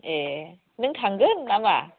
ए नों थांगोन ना मा